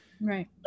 Right